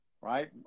right